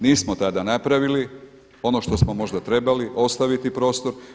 Nismo tada napravili ono što smo možda trebali ostaviti prostor.